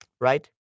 right